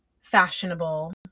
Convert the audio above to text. fashionable